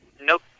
nope